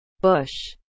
Bush